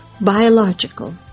biological